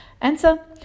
Answer